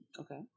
Okay